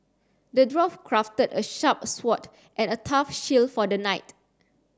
the dwarf crafted a sharp sword and a tough shield for the knight